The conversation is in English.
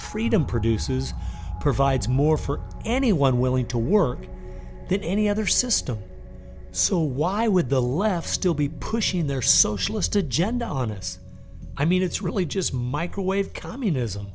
freedom produces provides more for anyone willing to work than any other system so why would the left still be pushing their socialist agenda on us i mean it's really just microwave communism